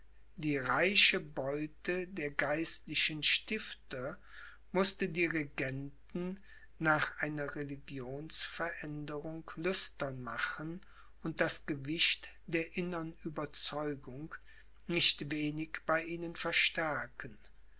die reiche beute der geistlichen stifter mußte die regenten nach einer religionsveränderung lüstern machen und das gewicht der innern ueberzeugung nicht wenig bei ihnen verstärken